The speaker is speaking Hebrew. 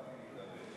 אם מותר לי להתערב,